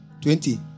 Twenty